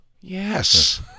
Yes